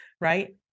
right